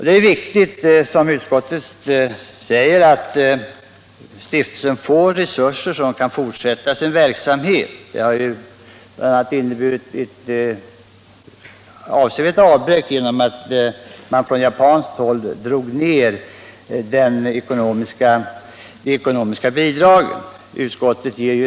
Det är, som utskottet framhåller, viktigt att stiftelsen får resurser så att den kan fortsätta sin verksamhet. Som utskottet ger till känna vållades denna verksamhet stort avbräck genom att man från japanskt håll drog ned de ekonomiska bidragen.